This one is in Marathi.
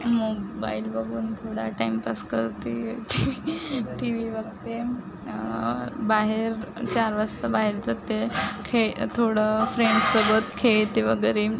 मोबाईल बघून थोडा टाईमपास करते टी वी बघते बाहेर चार वाजता बाहेर जाते खेळ थोडं फ्रेंड्ससोबत खेळते वगैरे